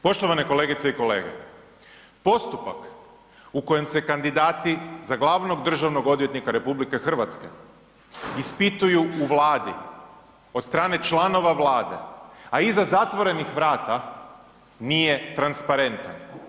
Poštovane kolegice i kolege postupak u kojem se kandidati za glavnog državnog odvjetnika RH ispituju u Vladi od stane članova Vlade, a iza zatvorenih vrata nije transparentan.